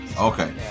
Okay